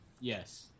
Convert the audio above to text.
Yes